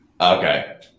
Okay